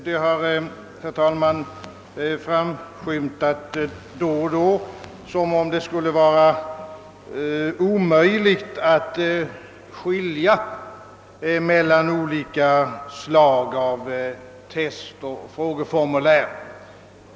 Herr talman! Det har då och då framskymtat i debatten, att det skulle vara omöjligt att skilja mellan olika slag av test och frågeformulär.